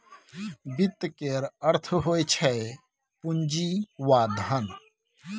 वित्त केर अर्थ होइ छै पुंजी वा धन